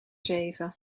zeven